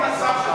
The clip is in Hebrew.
איפה השר?